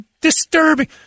disturbing